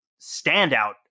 standout